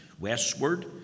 westward